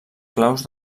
claus